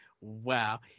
Wow